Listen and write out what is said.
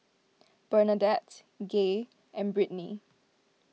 Bernadette Gaye and Brittnie